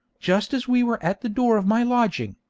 just as we were at the door of my lodging,